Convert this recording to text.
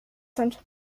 sind